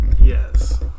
yes